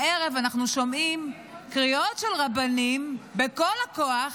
הערב אנחנו שומעים קריאות של רבנים, בכל הכוח,